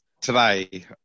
today